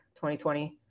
2020